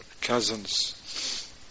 cousins